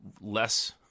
less